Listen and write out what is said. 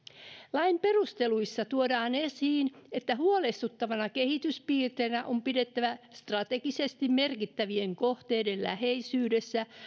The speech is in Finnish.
lain perusteluissa tuodaan esiin että huolestuttavana kehityspiirteenä on pidettävä strategisesti merkittävien kohteiden läheisyydessä